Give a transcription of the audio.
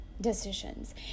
decisions